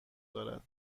دارد